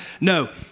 No